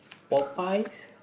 Popoyes